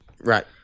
right